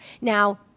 Now